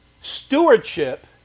Stewardship